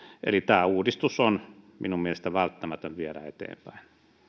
eli tämä uudistus on minun mielestäni välttämätön viedä eteenpäin